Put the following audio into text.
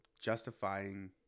justifying